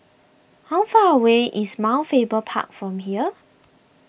how far away is Mount Faber Park from here